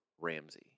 Ramsey